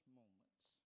moments